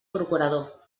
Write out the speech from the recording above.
procurador